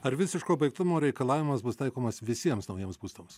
ar visiško baigtumo reikalavimas bus taikomas visiems naujiems būstams